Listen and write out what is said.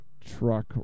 truck